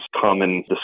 common